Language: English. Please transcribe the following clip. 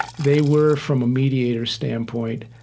they were, from a mediator's standpoint,